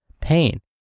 pain